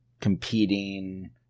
competing